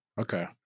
okay